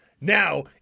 Now